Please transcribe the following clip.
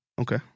Okay